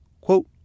quote